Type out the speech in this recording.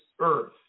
earth